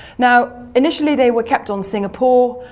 now, initially they were kept on singapore.